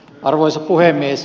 arvoisa puhemies